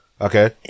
Okay